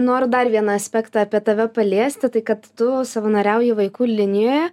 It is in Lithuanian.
noriu dar vieną aspektą apie tave paliesti tai kad tu savanoriauji vaikų linijoje